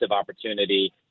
opportunity